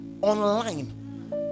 online